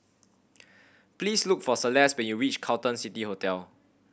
please look for Celeste when you reach Carlton City Hotel